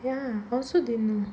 ya I also didn't know